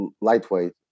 lightweight